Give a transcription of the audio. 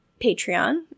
patreon